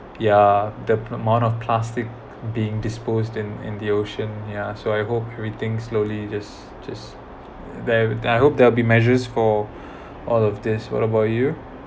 yeah the amount of plastic being disposed in in the ocean yeah so I hope everything slowly just just there then I hope there'll be measures for all of this what about you